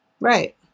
right